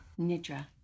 nidra